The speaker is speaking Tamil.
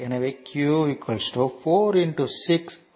எனவே q 4 6 24 கூலொம்ப் ஆகும்